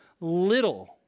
little